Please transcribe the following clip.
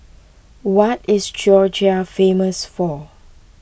what is Georgia famous for